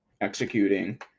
Executing